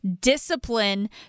discipline